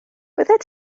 byddet